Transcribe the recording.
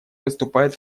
выступает